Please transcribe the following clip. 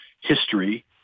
history